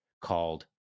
called